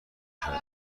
کردن